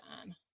on